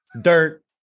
dirt